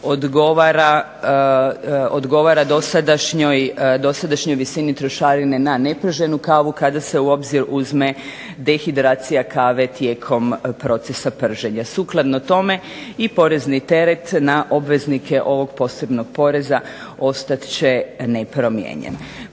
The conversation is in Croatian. odgovara dosadašnjoj visini trošarine na neprženu kavu kada se u obzir uzme dehidracija kave tijekom procesa prženja. Sukladno tome i porezni teret na obveznike ovog posebnog poreza ostat će nepromijenjen.